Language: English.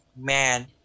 man